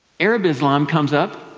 arab islam comes up,